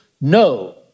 no